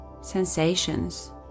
sensations